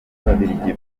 ababiligi